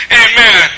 amen